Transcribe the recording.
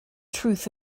truth